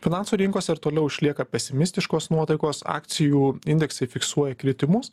finansų rinkos ir toliau išlieka pesimistiškos nuotaikos akcijų indeksai fiksuoja kritimus